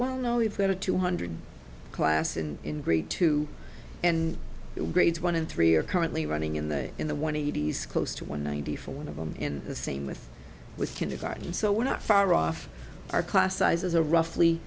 well no we've got a two hundred class in grade two and grades one and three are currently running in the in the one hundred eighty s close to one ninety four one of them in the same with with kindergarten so we're not far off our class sizes are roughly